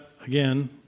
again